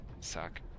suck